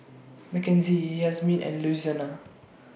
Makenzie Yazmin and Louisiana